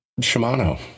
Shimano